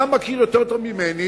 אתה מכיר יותר טוב ממני.